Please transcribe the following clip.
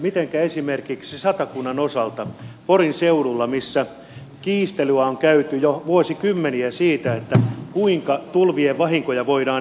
mitenkä on esimerkiksi satakunnan osalta porin seudulla missä kiistelyä on käyty jo vuosikymmeniä siitä kuinka tulvien vahinkoja voidaan ehkäistä